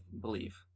believe